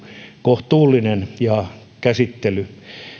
kohtuullinen käsittely